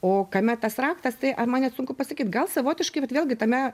o kame tas raktas tai ar man net sunku pasakyt gal savotiškai vat vėlgi tame